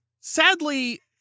sadly